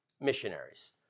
missionaries